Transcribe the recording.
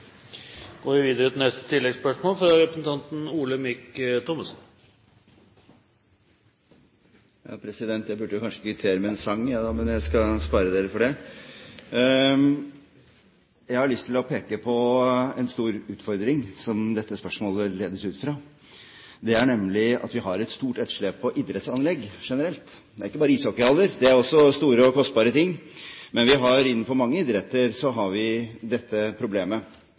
Olemic Thommessen – til oppfølgingsspørsmål. Jeg burde kanskje kvittere med en sang, men jeg skal spare dere for det! Jeg har lyst til å peke på en stor utfordring som ledes ut fra dette spørsmålet, nemlig at vi har et stort etterslep på idrettsanlegg generelt. Det gjelder ikke bare ishockeyhaller, som er store og kostbare ting, men vi har dette problemet innenfor mange idretter. Vi har